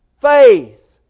faith